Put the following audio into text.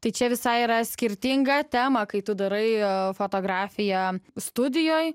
tai čia visai yra skirtinga tema kai tu darai fotografiją studijoj